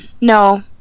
no